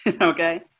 okay